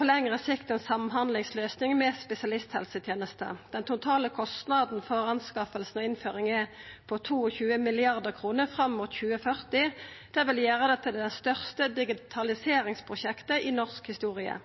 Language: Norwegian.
på lengre sikt ei samhandlingsløysing med spesialisthelsetenesta. Den totale kostnaden for anskaffinga og innføringa er på 22 mrd. kr fram mot 2040. Det vil gjera det til det største digitaliseringsprosjektet i norsk historie.